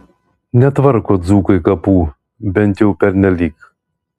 netvarko dzūkai kapų bent jau pernelyg